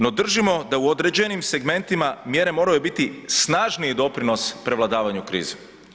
No, držimo da u određenim segmentima mjere moraju biti snažniji doprinos prevladavanju krize.